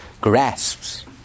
grasps